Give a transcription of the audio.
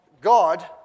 God